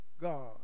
God